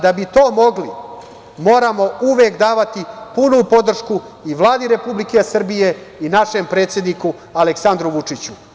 Da bi to mogli moramo uvek davati punu podršku i Vladi Republike Srbije i našem predsedniku Vučiću.